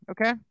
Okay